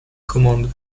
commande